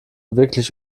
wirklich